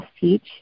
teach